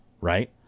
right